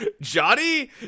johnny